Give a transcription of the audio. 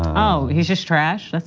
ah he's just trashed.